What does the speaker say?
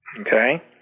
Okay